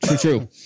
true